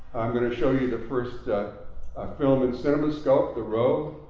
going to show you the first film in cinemascope, the robe,